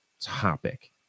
topic